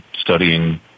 studying